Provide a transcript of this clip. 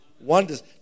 wonders